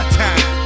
time